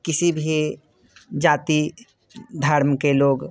किसी भी जाति धर्म के लोग